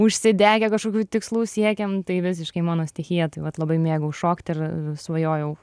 užsidegę kažkokių tikslų siekiam tai visiškai mano stichija tai vat labai mėgau šokt ir svajojau